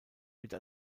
wurde